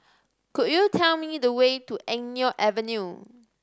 could you tell me the way to Eng Neo Avenue